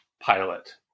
pilot